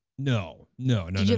no, no, no,